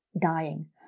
dying